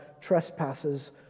trespasses